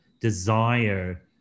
desire